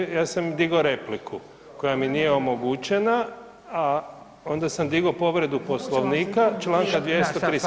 Ne, ne ja sam digao repliku koja mi nije omogućena, a onda sam digao povredu Poslovnika, Članka 235.